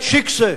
את שיקסע.